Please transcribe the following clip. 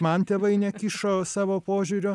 man tėvai nekišo savo požiūrio